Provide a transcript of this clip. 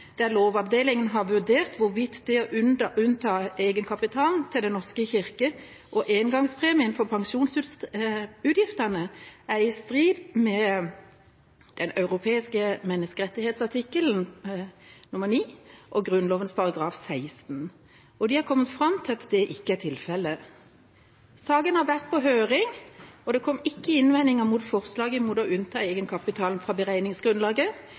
Lovavdelingen har vurdert hvorvidt det å unnta egenkapitalen til Den norske kirke og endringspremien for pensjonsutgiftene er i strid med Den europeiske menneskerettskonvensjon artikkel 9 og Grunnloven § 16. De har kommet fram til at det ikke er tilfellet. Saken har vært på høring. Det kom ikke innvendinger mot forslaget om å unnta egenkapitalen fra beregningsgrunnlaget,